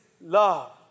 love